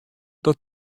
dat